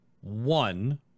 one